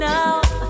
Now